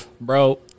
Bro